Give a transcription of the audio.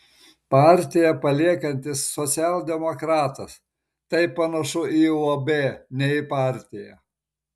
partiją paliekantis socialdemokratas tai panašu į uab ne į partiją